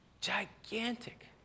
gigantic